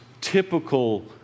typical